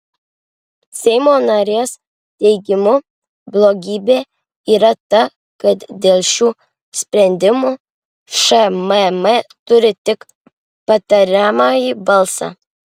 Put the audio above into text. seimo narės teigimu blogybė yra ta kad dėl šių sprendimų šmm turi tik patariamąjį balsą